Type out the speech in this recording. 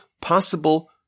possible